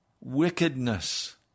wickedness